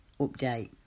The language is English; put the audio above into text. Update